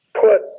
put